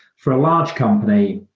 for a large company,